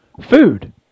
food